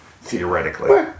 theoretically